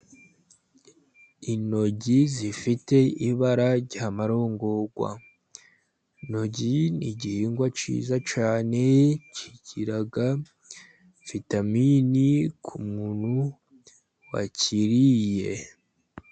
Intoryi zifite ibara rya marongorwa. Intoryi ni igihingwa cyiza cyane, kigira vitamini ku muntu wakiriye.